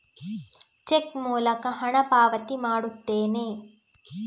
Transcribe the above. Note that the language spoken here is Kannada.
ಚೆಕ್ ಮೂಲಕ ಹಣ ಪಾವತಿ ಮಾಡುತ್ತೇನೆ